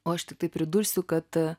o aš tiktai pridursiu kad